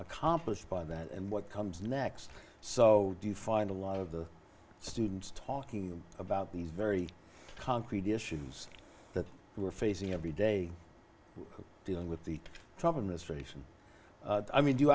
accomplished by that and what comes next so do you find a lot of the students talking about these very concrete issues that we're facing every day dealing with the